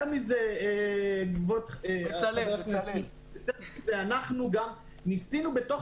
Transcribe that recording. יותר מזה, אנחנו גם ניסינו בתוך